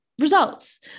results